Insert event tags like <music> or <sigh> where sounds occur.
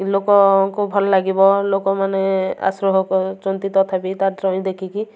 ଲୋକଙ୍କୁ ଭଲ ଲାଗିବ ଲୋକମାନେ <unintelligible> କରୁଛନ୍ତି ତଥାପି ତା ଡ୍ରଇଂ ଦେଖିକି